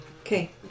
Okay